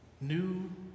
new